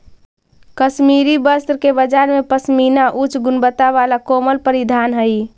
कश्मीरी वस्त्र के बाजार में पशमीना उच्च गुणवत्ता वाला कोमल परिधान हइ